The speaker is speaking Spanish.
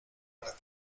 para